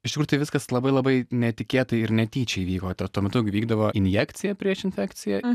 iš tikrųjų tai viskas labai labai netikėtai ir netyčia įvyko tuo tuo metu kai vykdavo injekcija prieš infekciją